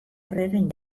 erregeen